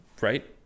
Right